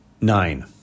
Nine